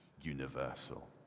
universal